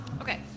Okay